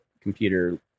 computer